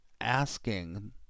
asking